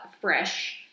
fresh